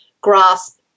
grasp